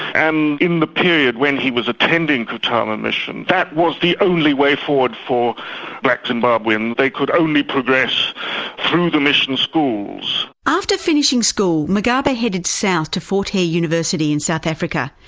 and in the period when he was attending katarma mission, that was the only way forward for black zimbabweans. they could only progress through the mission schools. after finishing school mugabe headed south to for hare university in south africa.